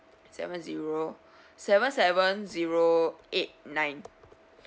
seven zero seven seven zero eight nine